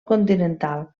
continental